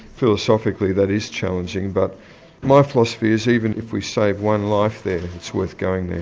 philosophically that is challenging but my philosophy is even if we save one life there it's worth going there.